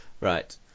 Right